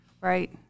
right